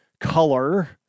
color